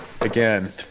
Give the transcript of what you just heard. again